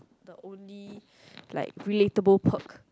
the only like relatable perk